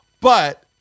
But-